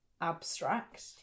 abstract